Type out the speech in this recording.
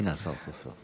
הינה, השר סופר.